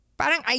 parang